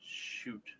Shoot